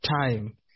time